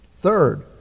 Third